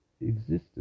existence